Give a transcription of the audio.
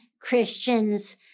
Christians